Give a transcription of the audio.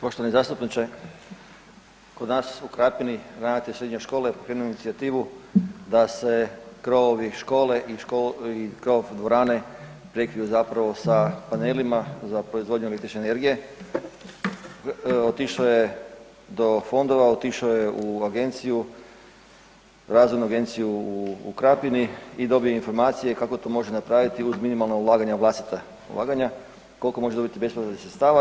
Poštovani zastupniče kod nas u Krapini ravnatelj srednje škole pokrenuo je inicijativu da se krovovi škole i krov dvorane prekriju zapravo panelima za proizvodnju električne energije otišao je do fondova, otišao je u agenciju, Razvojnu agenciju u Krapini i dobio je informacije kako to može napraviti uz minimalna ulaganja vlastita ulaganja, koliko može dobiti bespovratnih sredstava.